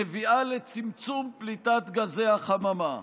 מביאה לצמצום פליטת גזי חממה.